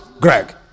Greg